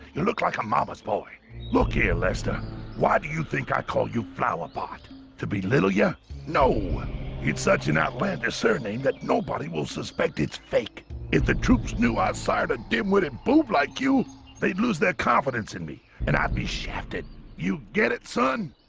you look like a mama's boy look here lester why do you think i call you flower pot to belittle ya know it's such an outlandish surname that nobody will suspect it's fake if the troops knew i sired a dimwit and boob like you they lose their confidence in me and i'd be shafted you get it son